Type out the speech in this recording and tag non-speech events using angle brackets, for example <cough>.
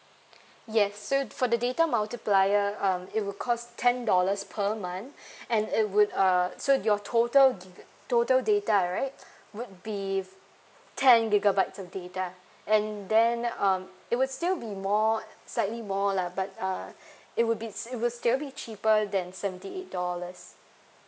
yes so for the data multiplier um it will cost ten dollars per month <breath> and it would uh so your total giga~ total data right would be ten gigabytes of data and then um it would still be more slightly more lah but uh <breath> it would be it will still be cheaper than seventy eight dollars